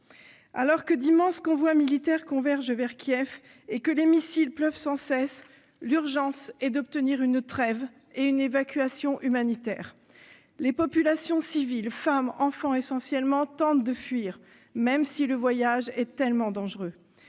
Alors que d'immenses convois militaires convergent vers Kiev et que les missiles pleuvent sans cesse, l'urgence est d'obtenir une trêve, et une évacuation humanitaire. Les civils, femmes et enfants essentiellement, tentent de fuir, malgré la dangerosité du voyage.